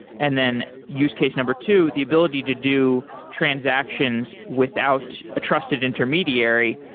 and then use case number two, the ability to do transactions without a trusted intermediary.